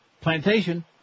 Plantation